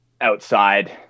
outside